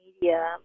media